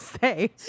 say